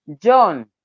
John